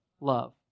love